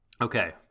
Okay